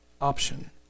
option